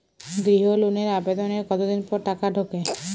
গৃহ লোনের আবেদনের কতদিন পর টাকা ঢোকে?